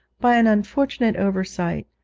by an unfortunate oversight,